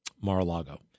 Mar-a-Lago